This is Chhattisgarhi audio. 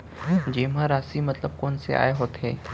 जेमा राशि मतलब कोस आय होथे?